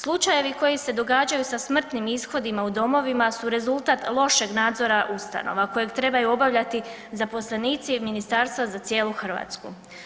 Slučajevi koji se događaju sa smrtnim ishodima u domovima su rezultat lošeg nadzora ustanova kojeg trebaju obavljati zaposlenici i ministarstva za cijelu Hrvatsku.